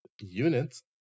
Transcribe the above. units